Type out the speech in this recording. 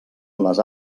les